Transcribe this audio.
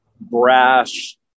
brash